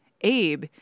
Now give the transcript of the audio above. Abe